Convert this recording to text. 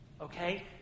okay